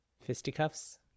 fisticuffs